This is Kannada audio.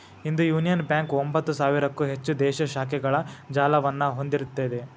ಇಂದು ಯುನಿಯನ್ ಬ್ಯಾಂಕ ಒಂಭತ್ತು ಸಾವಿರಕ್ಕೂ ಹೆಚ್ಚು ದೇಶೇ ಶಾಖೆಗಳ ಜಾಲವನ್ನ ಹೊಂದಿಇರ್ತೆತಿ